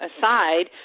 aside